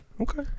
Okay